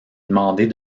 demander